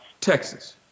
Texas